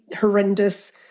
horrendous